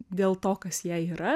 dėl to kas jie yra